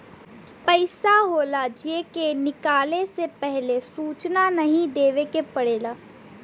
पइसा होला जे के निकाले से पहिले सूचना नाही देवे के पड़ेला